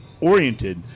oriented